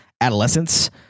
adolescence